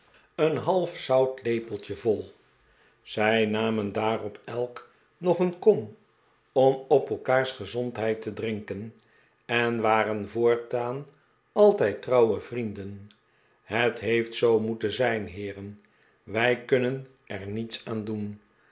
een half zoutlepeltje vol zij namen daarop elk nog een kom om op elkaars gezondheid te drinken en waren voortaan altijd trouwe vrienden het heeft zoo moeten zijn heeren wij kunnen er niets aan doen